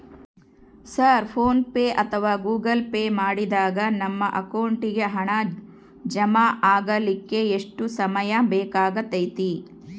Sir PhonePe ಅಥವಾ Google Pay ಮಾಡಿದಾಗ ನಮ್ಮ ಅಕೌಂಟಿಗೆ ಹಣ ಜಮಾ ಆಗಲಿಕ್ಕೆ ಎಷ್ಟು ಸಮಯ ಬೇಕಾಗತೈತಿ?